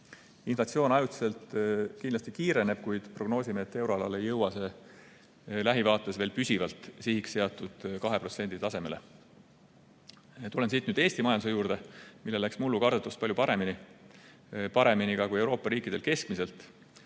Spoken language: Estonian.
Inflatsioon ajutiselt kindlasti kiireneb, kuid prognoosime, et euroalal ei jõua see lähivaates veel püsivalt sihiks seatud 2% tasemele. Tulen siit nüüd Eesti majanduse juurde, millel läks mullu kardetust palju paremini, paremini ka kui Euroopa riikidel keskmiselt.